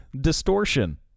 distortion